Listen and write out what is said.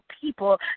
people